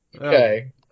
Okay